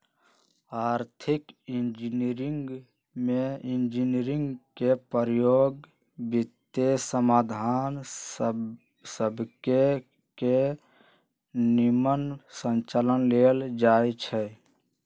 आर्थिक इंजीनियरिंग में इंजीनियरिंग के प्रयोग वित्तीयसंसाधन सभके के निम्मन संचालन लेल होइ छै